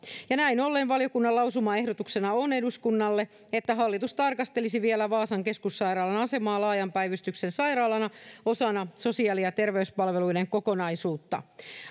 näin ollen valiokunnan lausumaehdotuksena on eduskunnalle että hallitus tarkastelisi vielä vaasan keskussairaalan asemaa laajan päivystyksen sairaalana osana sosiaali ja terveyspalveluiden kokonaisuutta